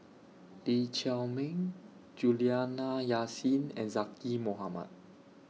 Lee Chiaw Meng Juliana Yasin and Zaqy Mohamad